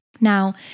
Now